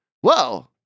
Whoa